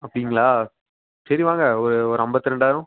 அப்படிங்களா சரி வாங்க ஒரு ஐம்பத்து ரெண்டாயிரம்